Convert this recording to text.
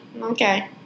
Okay